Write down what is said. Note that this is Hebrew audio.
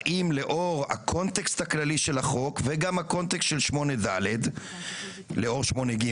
האם לאור הקונטקסט הכללי של החוק וגם הקונטקסט של 8ד וגם לאור 8ג,